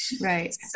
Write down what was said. right